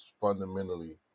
fundamentally